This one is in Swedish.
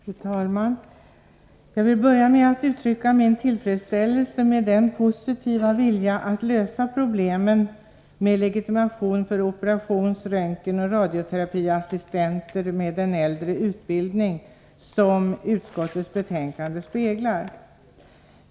Fru talman! Jag vill börja med att uttrycka min tillfredsställelse med den positiva vilja att lösa problemen med legitimation för operations-, röntgenoch radioterapiassistenter med äldre utbildning som utskottets betänkande speglar.